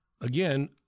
Again